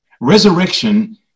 resurrection